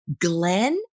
Glenn